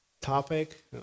topic